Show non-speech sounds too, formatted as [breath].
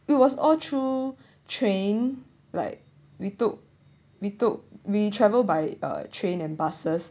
it was all through [breath] train like we took we took we travel by uh train and buses